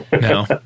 no